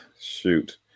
shoot